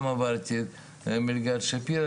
גם קיבלתי מלגת שפירא,